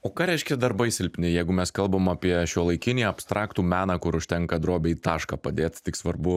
o ką reiškia darbai silpni jeigu mes kalbam apie šiuolaikinį abstraktų meną kur užtenka drobėj tašką padėt tik svarbu